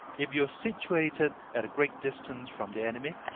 if you are situated at a great distance from the enemy,